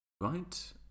right